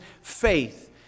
faith